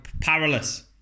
paralysis